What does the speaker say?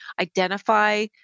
identify